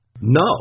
No